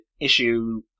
issue